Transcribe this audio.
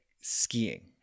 skiing